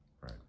Right